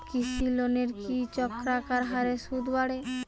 কৃষি লোনের কি চক্রাকার হারে সুদ বাড়ে?